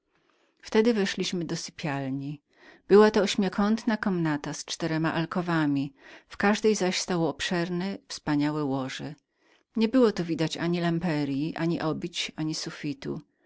wtedy weszliśmy do sypialni była to ośmiokątna komnata z czterema alkowami w każdej z których stało obszerne wspaniałe łoże niebyło tu widać ani lamperyi ani obić ani sufitu